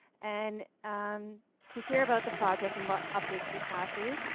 and um to hear about the project, and what updates we have for you.